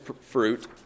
fruit